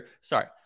Sorry